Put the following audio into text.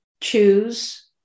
choose